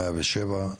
107,